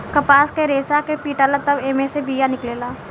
कपास के रेसा के पीटाला तब एमे से बिया निकलेला